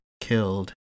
killed